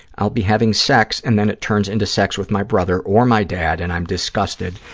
i'll be having sex and then it turns into sex with my brother or my dad and i'm disgusted.